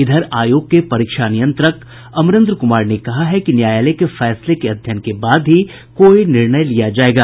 इधर आयोग के परीक्षा नियंत्रक अमरेन्द्र कुमार ने कहा है कि न्यायालय के फैसले के अध्ययन के बाद ही कोई निर्णय लिया जायेगा